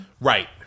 Right